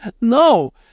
No